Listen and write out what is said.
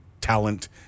talent